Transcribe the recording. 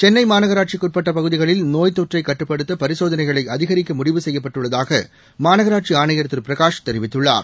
சென்னைமாநகராட்சிக்குஉட்பட்டபகுதிகளில் நோய் தொற்றைகட்டுப்படுத்தபரிசோதனைகளைஅதிகரிக்கமுடிவு செய்யப்பட்டுள்ளதாகமாநகராட்சி ஆணையர் திருபிரகாஷ் தெரிவித்துள்ளார்